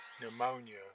pneumonia